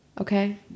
okay